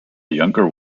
younger